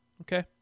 Okay